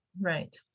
right